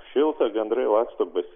šilta gandrai laksto basi